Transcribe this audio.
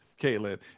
Caitlin